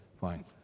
Fine